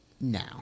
now